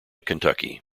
kentucky